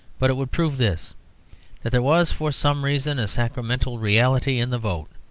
but it would prove this that there was, for some reason, a sacramental reality in the vote,